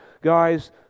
guys